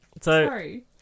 Sorry